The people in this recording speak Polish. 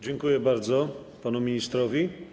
Dziękuję bardzo panu ministrowi.